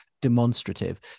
demonstrative